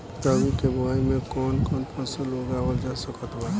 रबी के बोआई मे कौन कौन फसल उगावल जा सकत बा?